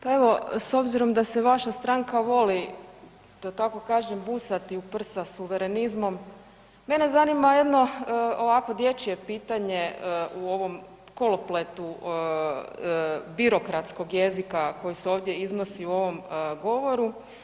Pa evo, s obzirom da se vaša stranka voli, da tako kažem, busati u prsa suverenizmom, mene zanima jedno ovako dječje pitanje u ovom kolopletu birokratskog jezika koji se ovdje iznosi u ovom govoru.